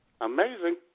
Amazing